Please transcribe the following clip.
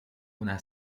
una